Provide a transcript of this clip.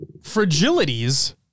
fragilities